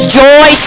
joy